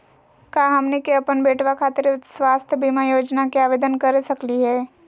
का हमनी के अपन बेटवा खातिर स्वास्थ्य बीमा योजना के आवेदन करे सकली हे?